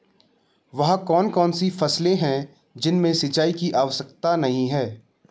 वह कौन कौन सी फसलें हैं जिनमें सिंचाई की आवश्यकता नहीं है?